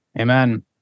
Amen